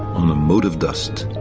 on a mote of dust.